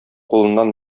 кулыннан